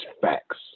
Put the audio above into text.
facts